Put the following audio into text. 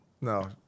No